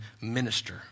minister